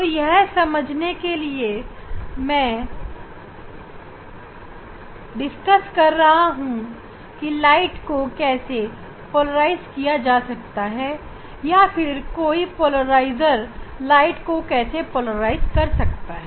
तो यह समझने के लिए मैं चर्चा कर रहा हूं कि प्रकाश को कैसे पोलराइज किया जा सकता है या फिर कोई पोलराइजर प्रकाश को कैसे पोलराइज कर सकता है